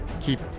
keep